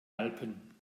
alpen